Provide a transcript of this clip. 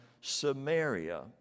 Samaria